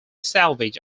salvage